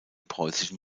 preußischen